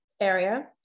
area